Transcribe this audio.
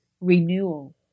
renewal